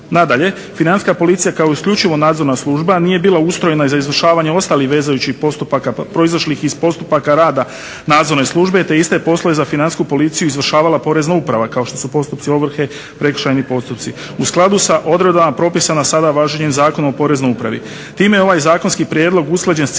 Nadalje, Financijska policija kao isključivo nadzorna služba nije bila ustrojena za izvršavanje ostalih vezujućih postupaka proizašlih iz postupaka rada nadzorne službe te iste poslove za Financijsku policiju izvršavala Porezna uprava kao što su postupci ovrhe, prekršajni postupci u skladu sa odredbama propisana sada važenjem Zakona o Poreznoj upravi. Time je ovaj zakonski prijedlog usklađen s ciljevima